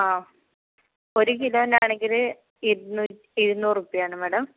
ആ ഒരുകിലോന്ന് ആണെങ്കിൽ ഇരുനൂറ് രൂപയാണ് മാഡം